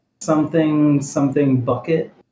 something-something-bucket